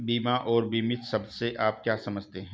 बीमा और बीमित शब्द से आप क्या समझते हैं?